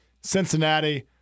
Cincinnati